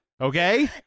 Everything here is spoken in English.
Okay